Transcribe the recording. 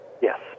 Yes